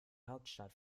hauptstadt